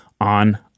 on